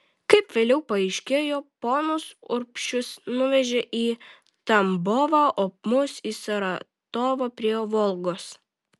kaip vėliau paaiškėjo ponus urbšius nuvežė į tambovą o mus į saratovą prie volgos